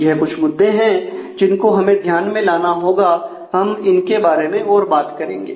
यह कुछ मुद्दे हैं जिनको हमें ध्यान में लाना होगा हम इनके बारे में और बात करेंगे